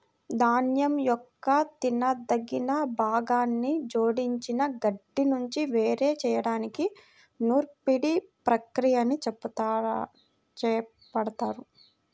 ధాన్యం యొక్క తినదగిన భాగాన్ని జోడించిన గడ్డి నుండి వేరు చేయడానికి నూర్పిడి ప్రక్రియని చేపడతారు